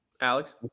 Alex